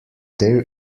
there